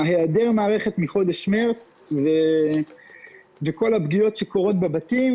היעדר המערכת מחודש מרץ וכל הפגיעות שקורות בבתים,